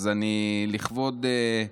אז לכבוד המאורע,